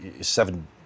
seven